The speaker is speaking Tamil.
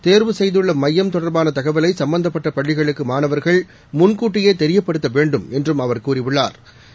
தேர்வு செய்துள்ள மையம் தொடர்பான தகவலை சம்பந்தப்பட்ட பள்ளிகளுக்கு மாணவா்கள் முன்கூட்டியே தெரியப்படுத்த வேண்டும் என்றும் அவா் கூறியுள்ளாா்